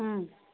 ꯎꯝ